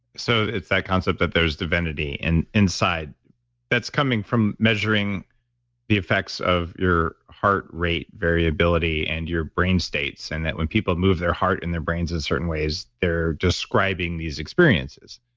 so it's that concept that there's divinity and inside that's coming from measuring the effects of your heart rate variability and your brain states and that when people move their heart in their brains in certain ways, they're describing these experiences,